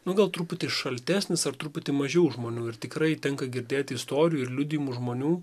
nu gal truputį šaltesnis ar truputį mažiau žmonių ir tikrai tenka girdėti istorijų ir liudijimų žmonių